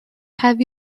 have